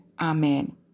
Amen